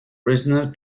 prisoner